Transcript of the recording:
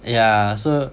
yeah so